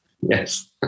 yes